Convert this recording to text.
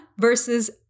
versus